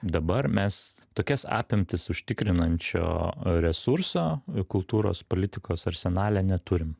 dabar mes tokias apimtis užtikrinančio resurso kultūros politikos arsenale neturim